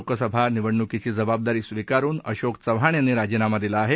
लोकसभा निवडणुकीची जबाबदारी स्वीकारून अशोक चव्हाण यांनी राजीनामा दिला आहे